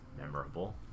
memorable